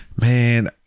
man